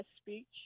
speech